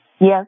Yes